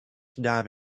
dive